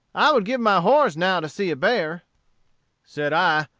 i would give my horse now to see a bear said i,